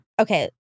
Okay